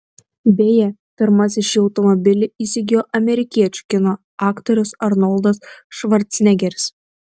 beje pirmasis šį automobilį įsigijo amerikiečių kino aktorius arnoldas švarcnegeris